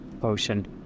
potion